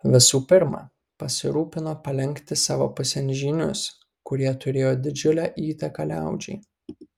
visų pirma pasirūpino palenkti savo pusėn žynius kurie turėjo didžiulę įtaką liaudžiai